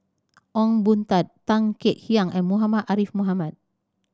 Ong Boon Tat Tan Kek Hiang and Muhammad Ariff Muhammad